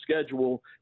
schedule